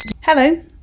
hello